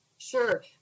Sure